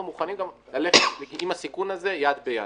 אנחנו מוכנים גם ללכת עם הסיכון הזה יד ביד.